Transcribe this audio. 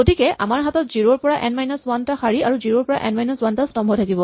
গতিকে আমাৰ হাতত জিৰ' ৰ পৰা এন মাইনাচ ৱান টা শাৰী আৰু জিৰ' ৰ পৰা এন মাইনাচ ৱান টা স্তম্ভ থাকিব